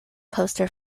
poster